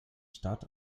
stadt